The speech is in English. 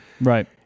Right